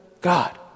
God